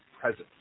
presence